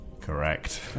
Correct